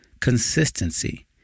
consistency